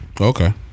Okay